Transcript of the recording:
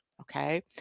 Okay